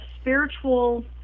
spiritual